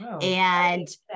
And-